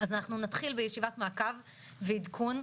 אז אנחנו נתחיל בישיבת מעקב ועדכון,